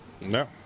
No